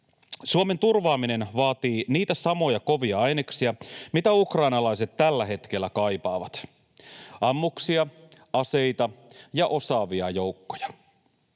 Suomen turvaaminen vaatii niitä samoja kovia aineksia, mitä ukrainalaiset tällä hetkellä kaipaavat: ammuksia, aseita ja osaavia joukkoja